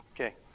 Okay